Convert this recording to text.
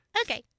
Okay